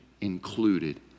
included